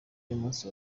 y’umunsi